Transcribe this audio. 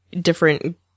different